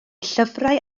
llyfrau